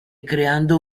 creando